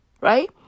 right